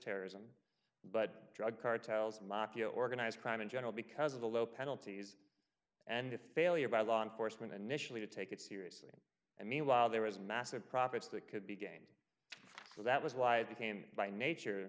terrorism but drug cartels mafia organized crime in general because of the low penalties and the failure by law enforcement and michelin to take it seriously and meanwhile there was massive profits that could be gained so that was why they came by nature